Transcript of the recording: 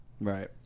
right